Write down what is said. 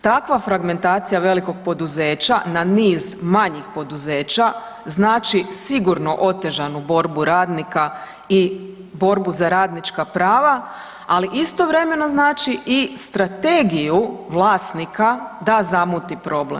Takva fragmentacija velikog poduzeća na niz manjih poduzeća znači sigurno otežanu borbu radnika i borbu za radnička prava, ali istovremeno znači i strategiju vlasnika da zamuti problem.